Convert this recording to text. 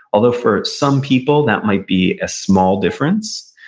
although for some people that might be a small difference.